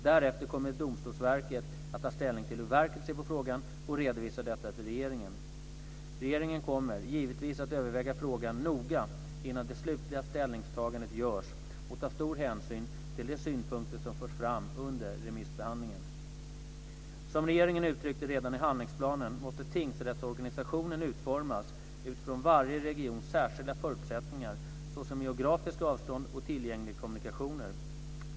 Därefter kommer Domstolsverket att ta ställning till hur verket ser på frågan och redovisa detta till regeringen. Regeringen kommer givetvis att överväga frågan noga innan det slutliga ställningstagandet görs och ta stor hänsyn till de synpunkter som förs fram under remissbehandlingen. Som regeringen uttryckte redan i handlingsplanen måste tingsrättsorganisationen utformas utifrån varje regions särskilda förutsättningar såsom geografiska avstånd och tillgängliga kommunikationer.